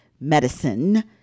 medicine